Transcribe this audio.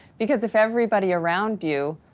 because if everybody around you,